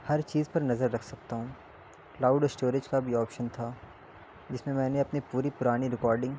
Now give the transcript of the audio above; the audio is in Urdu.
ہر چیز پر نظر رکھ سکتا ہوں کلاؤڈ اسٹوریج کا بھی آپشن تھا جس میں میں نے اپنی پوری پرانی ریکارڈنگ